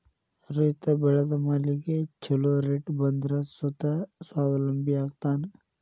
ರೈತ ಬೆಳೆದ ಮಾಲಿಗೆ ಛೊಲೊ ರೇಟ್ ಬಂದ್ರ ರೈತ ಸ್ವಾವಲಂಬಿ ಆಗ್ತಾನ